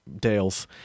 Dales